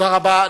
תודה רבה.